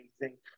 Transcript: amazing